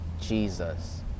Jesus